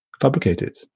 fabricated